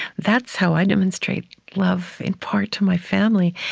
that's how i demonstrate love, in part, to my family,